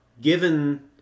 given